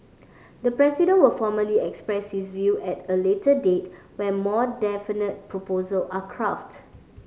the President will formally express view at a later date when more definite proposals are crafted